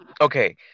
Okay